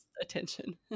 attention